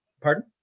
Pardon